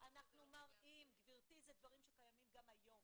אז אנחנו מראים אלו דברים שקיימים גם היום.